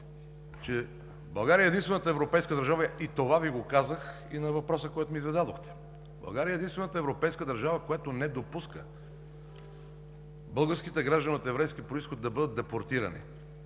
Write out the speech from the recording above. че България е единствената европейска държава – и това Ви казах и на въпроса, който ми зададохте, България е единствената европейска държава, която не допуска българските граждани от еврейски произход да бъдат депортирани.